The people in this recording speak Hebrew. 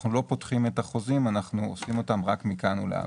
אנחנו לא פותחים את החוזים אלא עושים אותם רק מכאן ולהבא.